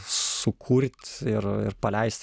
sukurt ir ir paleist